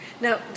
Now